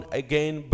again